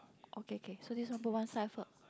okay okay so this one put one side first